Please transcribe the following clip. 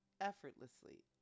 effortlessly